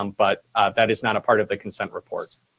um but that is not a part of the consent report.